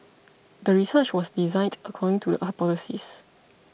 the research was designed according to the hypothesis